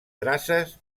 traces